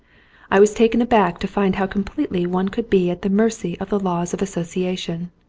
i was taken aback to find how completely one could be at the mercy of the laws of association.